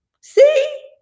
See